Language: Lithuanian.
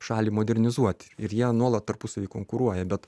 šalį modernizuoti ir jie nuolat tarpusavyje konkuruoja bet